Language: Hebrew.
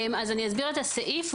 אני אסביר את הסעיף.